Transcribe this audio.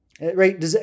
right